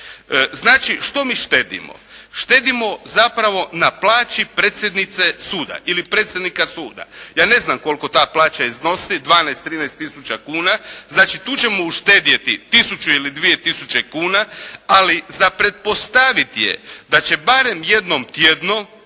što mi štedimo? Štedimo zapravo na plaći predsjednice suda ili predsjednika suda. Ja ne znam koliko ta plaća iznosi, 12, 13 tisuća kuna. Znači tu ćemo uštedjeti tisuću ili dvije tisuće kuna, ali za pretpostaviti je da će barem jednom tjedno